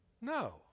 No